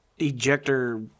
ejector